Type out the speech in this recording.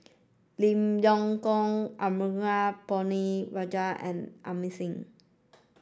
Lim Leong Geok Arumugam Ponnu Rajah and Amy Thing